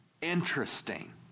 Interesting